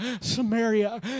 Samaria